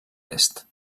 est